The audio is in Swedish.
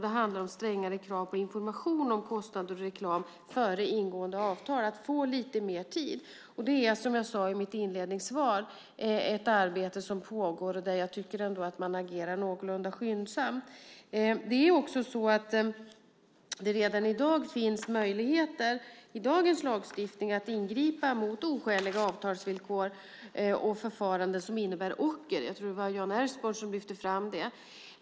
Det handlar om strängare krav på information om kostnader och reklam före ingående av avtal och om att få lite mer tid. Det är, som jag sade i mitt inledningssvar, ett arbete som pågår, och där jag tycker ändå att man agerar någorlunda skyndsamt. Det finns också möjligheter redan i dagens lagstiftning att ingripa mot oskäliga avtalsvillkor och förfaranden som innebär ocker. Jag tror att det var Jan Ertsborn som lyfte fram det.